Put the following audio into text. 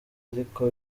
ariko